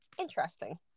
Interesting